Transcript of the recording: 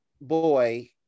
boy